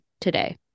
today